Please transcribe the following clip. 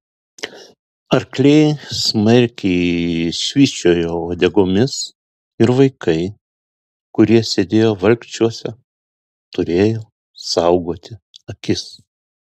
arkliai smarkiai švysčiojo uodegomis ir vaikai kurie sėdėjo valkčiuose turėjo saugoti akis